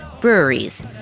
breweries